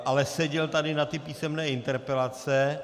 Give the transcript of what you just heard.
Ale seděl tady na ty písemné interpelace.